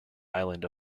island